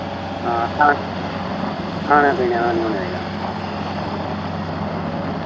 आं खानै पीने दा निं होना ई ऐ